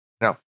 Now